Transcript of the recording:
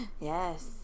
yes